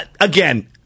Again